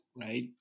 right